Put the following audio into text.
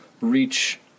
reach